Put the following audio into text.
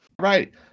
Right